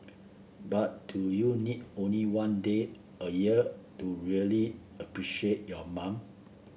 but do you need only one day a year to really appreciate your mom